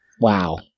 Wow